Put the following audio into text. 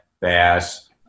bass